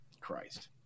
Christ